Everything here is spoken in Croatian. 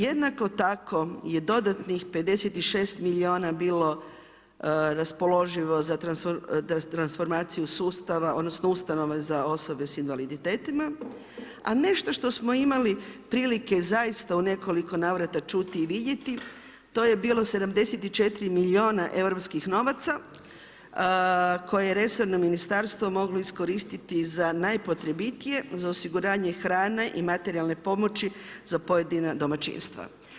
Jednako tako je dodatnih 56 milijuna bilo raspoloživo za transformaciju sustava odnosno ustanove za osobe sa invaliditetima, a nešto što smo imali prilike zaista u nekoliko navrata čuti i vidjeti to je bilo 74 milijuna europskih novaca koje je resorno ministarstvo moglo iskoristiti za najpotrebitije za osiguranje hrane i materijalne pomoći za pojedina domaćinstva.